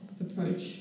approach